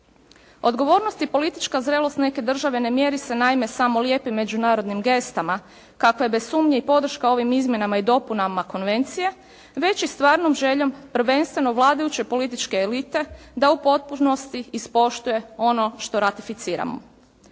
Odgovornost i politička zrelost neke države ne mjeri se naime samo lijepim međunarodnim gestama kakva je bez sumnje i podrška ovim izmjenama i dopunama konvencije već i stvarnom željom prvenstveno vladajuće političke elite da u potpunosti ispoštuje ono što ratificiramo.